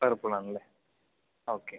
Whirlpool ആണല്ലെ okay